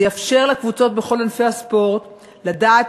זה יאפשר לקבוצות בכל ענפי הספורט לדעת